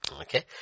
Okay